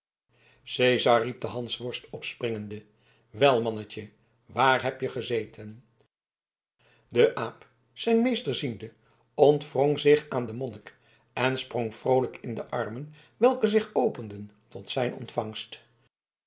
cezar riep de hansworst opspringende wel mannetje waar heb je gezeten de aap zijn meester ziende ontwrong zich aan den monnik en sprong vroolijk in de armen welke zich openden tot zijn ontvangst